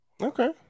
Okay